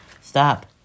stop